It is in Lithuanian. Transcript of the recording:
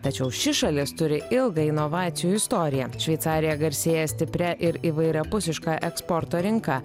tačiau ši šalis turi ilgą inovacijų istoriją šveicarija garsėja stipria ir įvairiapusiška eksporto rinka